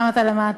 פעם אתה למטה.